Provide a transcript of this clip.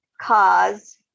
cause